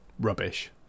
rubbish